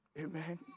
Amen